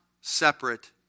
separate